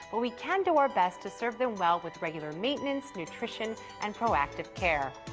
but we can do our best to serve them well with regular maintenance, nutrition, and proactive care.